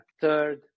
third